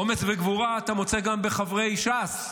אומץ וגבורה אתה מוצא גם בקרב חברי ש"ס,